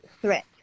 threat